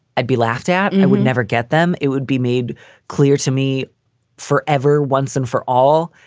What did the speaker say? i'd be laughed at and it would never get them. it would be made clear to me forever, once and for all,